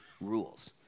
rules